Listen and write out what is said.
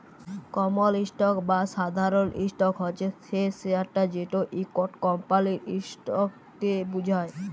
কমল stock বা সাধারল stock হছে সেই শেয়ারট যেট ইকট কমপালির ইসটককে বুঝায়